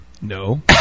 No